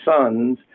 sons